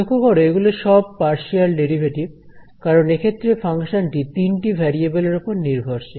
লক্ষ্য করো এগুলি সব পার্শিয়াল ডেরিভেটিভ কারণ এক্ষেত্রে ফাংশন টি তিনটি ভেরিয়েবলের উপর নির্ভরশীল